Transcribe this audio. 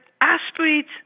aspirates